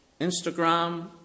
Instagram